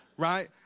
Right